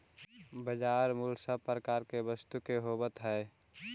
बाजार मूल्य सब प्रकार के वस्तु के होवऽ हइ